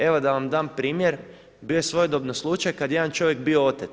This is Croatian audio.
Evo, da vam dam primjer, bio je svojedobno slučaj kad je jedan čovjek bio otet.